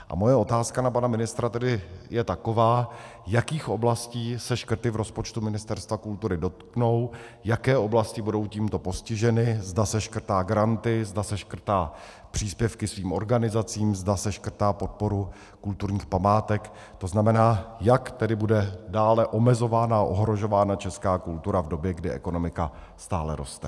A moje otázka na pana ministra tedy je taková, jakých oblastí se škrty v rozpočtu Ministerstva kultury dotknou, jaké oblasti budou tímto postiženy, zda seškrtá granty, zda seškrtá příspěvky svým organizacím, zda seškrtá podporu kulturních památek, jak tedy bude dále omezována a ohrožována česká kultura v době, kdy ekonomika stále roste.